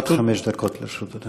עד חמש דקות לרשות אדוני.